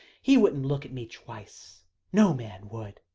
he wouldn't look at me twice no man would,